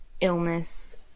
illness